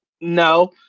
no